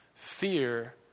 Fear